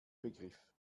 begriff